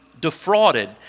defrauded